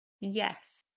yes